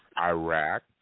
Iraq